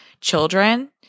children